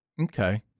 Okay